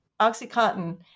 Oxycontin